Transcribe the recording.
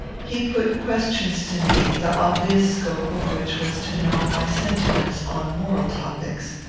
he put questions to me, the obvious scope of which was to know my sentiments on moral topics.